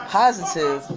positive